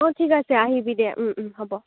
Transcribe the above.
অ ঠিক আছে আহিবি দে ওম ওম হ'ব